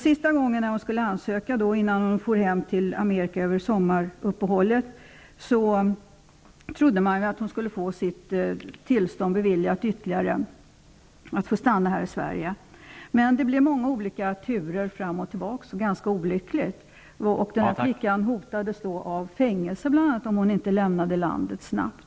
Sista gången hon skulle ansöka, innan hon for hem till Amerika över sommaruppehållet, trodde man att hon skulle få sitt tillstånd beviljat ytterligare och få stanna här i Sverige. Men det blev många turer fram och tillbaka, vilket var ganska olyckligt. Flickan hotades bl.a. av fängelse, om hon inte lämnade landet snabbt.